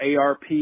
ARP